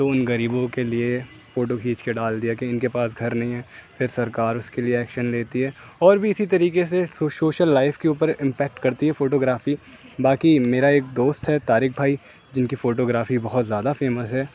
تو ان غریبوں کے لیے فوٹو کھینچ کے ڈال دیا کہ ان کے پاس گھر نہیں ہے پھر سرکار اس کے لیے ایکشن لیتی ہے اور بھی اسی طریقے سے شو سوشل لائف کے اوپر امپیکٹ کرتی ہے فوٹوگرافی باقی میرا ایک دوست ہے طارق بھائی جن کی فوٹوگرافی بہت زیادہ فیمس ہے